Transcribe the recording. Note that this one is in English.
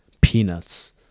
peanuts